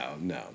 no